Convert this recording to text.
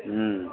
हूँ